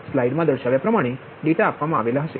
slide મા દર્શાવ્યા પ્રમાણે ડેટા આપવામાં આવે છે